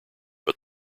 but